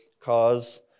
cause